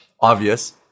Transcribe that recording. obvious